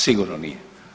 Sigurno nije.